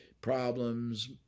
problems